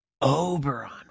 Oberon